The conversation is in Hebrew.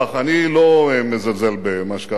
אני לא מזלזל במה שקרה שם,